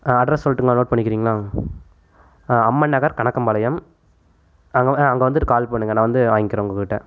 address சொல்லட்டுங்களா note பண்ணிக்கிறிங்களா ஆ அம்மன் நகர் கணக்கம்பாளையம் அங்கே ஆ அங்கே வந்துட்டு கால் பண்ணுங்கள் நான் வந்து வாங்கிக்கிறேன் உங்கள் கிட்டே